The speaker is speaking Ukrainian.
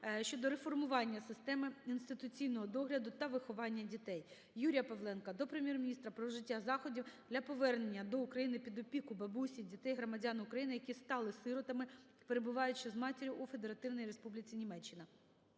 щодо реформування системи інституційного догляду та виховання дітей". Юрія Павленка до Прем'єр-міністра про вжиття заходів для повернення до України під опіку бабусі дітей-громадян України, які стали сиротами, перебуваючи з матір'ю у Федеративній Республіці Німеччина.